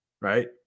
Right